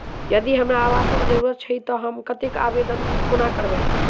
यदि हमरा आवासक जरुरत छैक तऽ हम आवेदन कोना करबै?